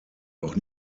doch